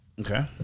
Okay